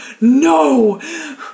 no